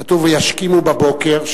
כתוב: וישכימו בבוקר.